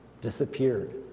disappeared